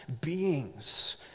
beings